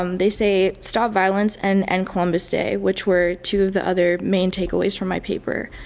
um they say stop violence and end columbus day which were two the other main takeaways from my paper.